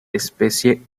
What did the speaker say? especie